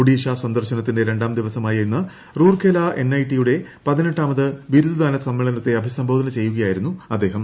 ഒഡീഷ സന്ദർശനത്തിന്റെ രണ്ടാം ദിവസമായ ഇന്ന് റൂർക്കേല എൻഐടിയുടെ പതിനെട്ടാമത് ബിരുദദാന സമ്മേളനത്തെ അഭിസംബോധന ചെയ്യുകയാ യിരുന്നു അദ്ദേഹം